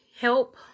help